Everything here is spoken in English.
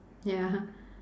ya